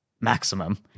maximum